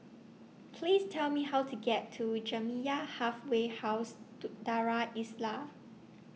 Please Tell Me How to get to Jamiyah Halfway House Do Darul Islah